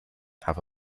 have